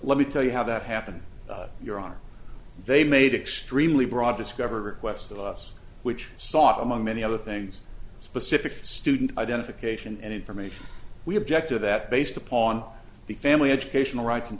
let me tell you how that happened your honor they made extremely broad discovery requests of us which saw among many other things a specific student identification and information we object to that based upon the family educational rights and